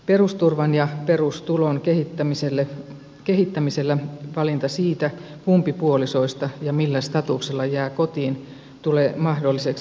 perusturvan ja perustulon kehittämisellä valinta siitä kumpi puolisoista ja millä statuksella jää kotiin tulee mahdolliseksi